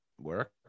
work